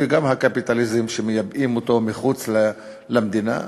וגם הקפיטליזם שמייבאים אותו מחוץ למדינה.